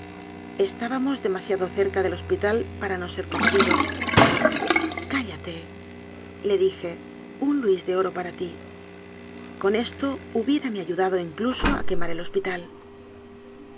mos demasiado cerca del hospital para no ser co medidos cállatele dije un luis de oro para ti con esto hubiérame ayudado incluso a que mar el hospital